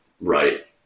right